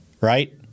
right